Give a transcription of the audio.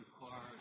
requires